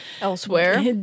Elsewhere